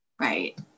Right